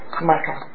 Michael